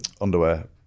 Underwear